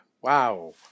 Wow